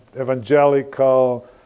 Evangelical